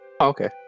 Okay